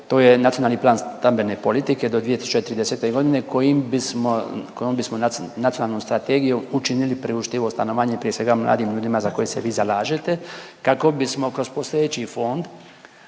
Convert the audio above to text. to je nacionalni plan stambene politike do 2030.g. kojim bismo kojom bismo nacionalnom strategijom učinili priuštivo stanovanje prije svega mladim ljudima za koje se vi zalažete kako bismo kroz postojeći fond,